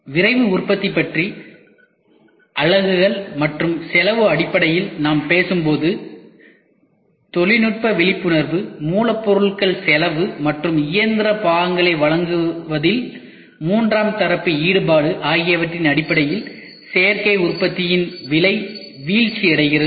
விரைவு உற்பத்தி பற்றி அலகுகள் மற்றும் செலவு அடிப்படையில் நாம் பேசும்போது தொழில்நுட்ப விழிப்புணர்வு மூலப்பொருள் செலவு மற்றும் இயந்திர பாகங்களை வழங்குவதில் மூன்றாம் தரப்பு ஈடுபாடு ஆகியவற்றின் அடிப்படையில் சேர்க்கை உற்பத்தியின் விலை வீழ்ச்சியடைகிறது